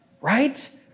Right